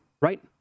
Right